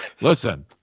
Listen